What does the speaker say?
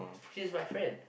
she is my friend